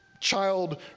child